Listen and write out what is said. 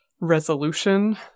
resolution